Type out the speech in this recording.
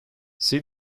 see